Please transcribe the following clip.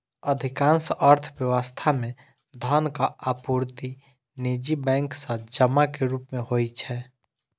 अधिकांश अर्थव्यवस्था मे धनक आपूर्ति निजी बैंक सं जमा के रूप मे होइ छै